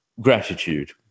gratitude